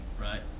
right